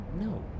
no